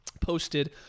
Posted